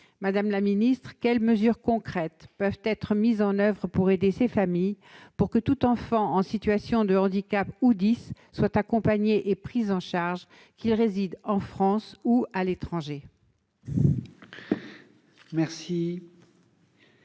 Madame la secrétaire d'État, quelles mesures concrètes peuvent être mises en oeuvre pour aider ces familles et faire en sorte que tout enfant en situation de handicap ou « dys » soit accompagné et pris en charge, qu'il réside en France ou à l'étranger.